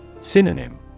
Synonym